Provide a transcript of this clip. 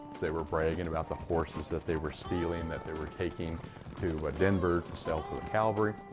they were bragging about the horses that they were stealing, that they were taking to denver to sell to the cavalry.